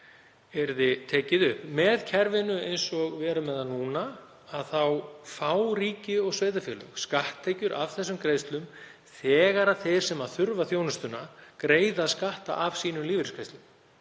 yrði tekið upp. Með kerfinu eins og við erum með það núna fá ríki og sveitarfélög skatttekjur af þessum greiðslum þegar þeir sem þurfa þjónustuna greiða skatta af sínum lífeyrisgreiðslum.